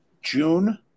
June